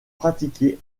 pratiqué